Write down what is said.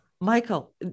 Michael